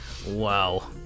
Wow